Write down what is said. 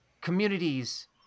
communities